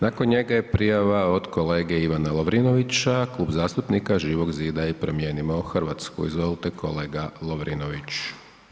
Nakon njega je prijava od kolege Ivana Lovrinovića, Klub zastupnika Živog zida i Promijenimo Hrvatsku, izvolite kolega Lovrinović.